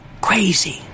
crazy